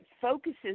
focuses